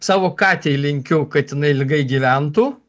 savo katei linkiu kad jinai ilgai gyventų